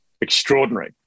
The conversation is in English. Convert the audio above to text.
extraordinary